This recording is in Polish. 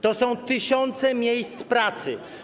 To są tysiące miejsc pracy.